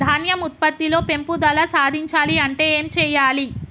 ధాన్యం ఉత్పత్తి లో పెంపుదల సాధించాలి అంటే ఏం చెయ్యాలి?